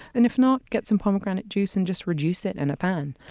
and if not, get some pomegranate juice and just reduce it in a pan.